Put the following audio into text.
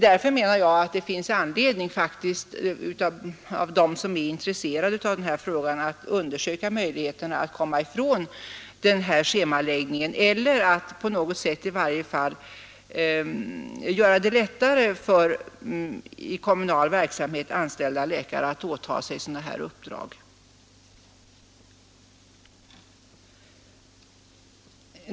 Därför anser jag att det finns anledning för dem som är intresserade av frågan att undersöka vilka möjligheter som finns att komma ifrån den här schemaläggningen eller att i varje fall på något sätt göra det lättare för i kommunal verksamhet anställda läkare att åta sig sådana uppdrag.